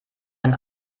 man